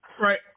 Right